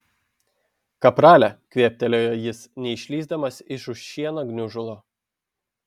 kaprale kvėptelėjo jis neišlįsdamas iš už šieno gniužulo